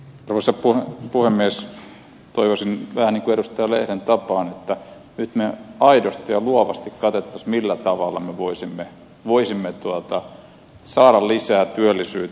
toivoisin vähän edustaja lehden tapaan että nyt me aidosti ja luovasti katsoisimme millä tavalla me voisimme saada lisää työllisyyttä